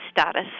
status